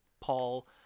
paul